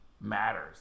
matters